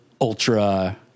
ultra